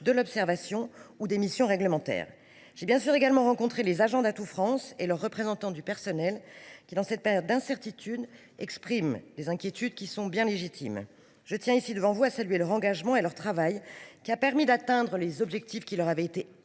de l’observation ou des missions réglementaires. J’ai bien sûr également rencontré les agents d’Atout France et leurs représentants du personnel qui, dans cette période d’incertitudes, expriment des inquiétudes bien légitimes. Je tiens ici devant vous à saluer leur engagement et leur travail, qui a permis d’atteindre les objectifs qui leur avaient été